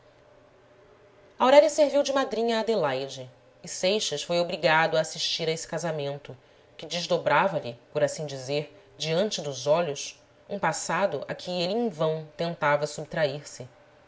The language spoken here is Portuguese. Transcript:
aurélia serviu de madrinha a adelaide e seixas foi obrigado a assistir a esse casamento que desdobrava lhe por assim dizer diante dos olhos um passado a que ele em vão tentava subtrair se